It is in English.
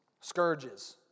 Scourges